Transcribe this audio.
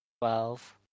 Twelve